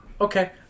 Okay